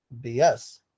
BS